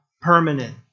permanent